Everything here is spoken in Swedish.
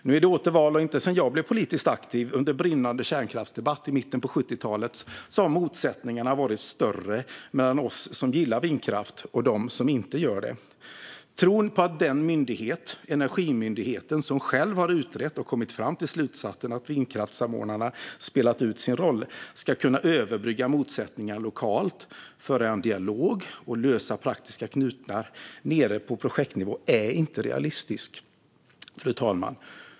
Nu är det åter val, och inte sedan jag blev politiskt aktiv under brinnande kärnkraftsdebatt i mitten av 1970-talet har motsättningarna varit större mellan oss som gillar vindkraft och dem som inte gör det. Tron på att Energimyndigheten, som själv har utrett och kommit fram till slutsatsen att vindkraftssamordnarna har spelat ut sin roll, ska kunna överbrygga motsättningar lokalt, föra en dialog och lösa praktiska knutar nere på projektnivå är inte realistisk. Fru talman!